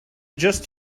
just